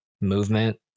movement